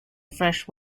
fresh